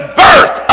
birth